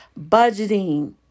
budgeting